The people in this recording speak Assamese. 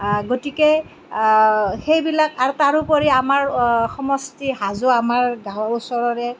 গতিকে সেইবিলাক আৰু তাৰোপৰি আমাৰ সমষ্টি হাজো আমাৰ গাঁৱৰ ওচৰৰে